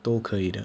都可以的